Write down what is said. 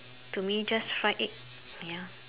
to me just fried egg ya